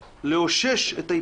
אתם פה חשבתם שזה לא באותה גלישה,